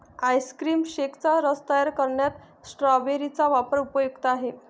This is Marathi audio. आईस्क्रीम शेकचा रस तयार करण्यात स्ट्रॉबेरी चा वापर उपयुक्त आहे